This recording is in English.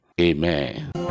Amen